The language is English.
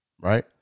Right